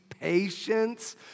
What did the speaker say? patience